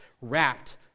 wrapped